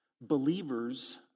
believers